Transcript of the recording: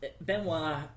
Benoit